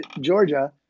Georgia